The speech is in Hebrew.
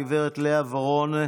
הגב' לאה ורון,